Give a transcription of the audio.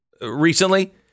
recently